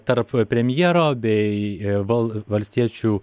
tarp premjero bei val valstiečių